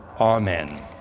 Amen